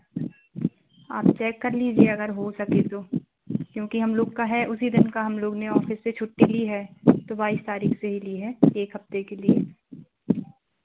आप चेक कर लीजिए अगर हो सके तो क्योंकि हम लोग का है उसी दिन का हम लोग ने ऑफ़िस से छुट्टी ली है तो बाइस तारीख से ही ली है एक हफ्ते के लिए